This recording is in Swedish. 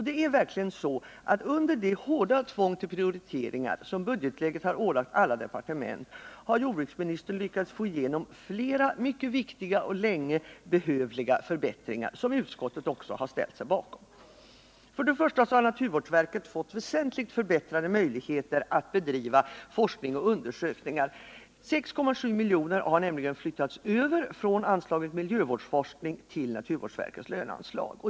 Det är verkligen så att under det hårda tvång till prioriteringar som budgetläget har ålagt alla departement har jordbruksministern ändå lyckats få igenom flera mycket viktiga och länge behövliga förbättringar, som också utskottet har ställt sig bakom. Först och främst har naturvårdsverket fått väsentligt förbättrade möjligheter att bedriva forskning och undersökningar. 6,7 milj.kr. har nämligen flyttats över från anslaget Miljövårdsforskning till naturvårdsverkets löneanslag.